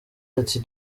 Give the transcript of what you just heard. ati